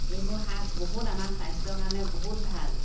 এইবোৰ শাক বহুত আমাৰ স্বাস্থ্যৰ কাৰণে বহুত ভাল